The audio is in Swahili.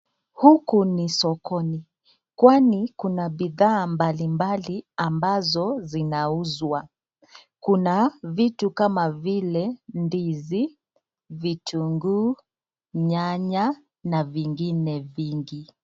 Huku ni sokoni, kwani kuna bidhaa mbalimbali ambazo zinauzwa. Kuna vitu kama vile ndizi, vitunguu, nyanya na vingine vingi.